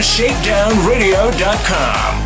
ShakedownRadio.com